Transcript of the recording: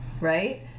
right